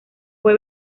fue